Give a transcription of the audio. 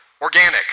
Organic